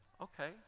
Okay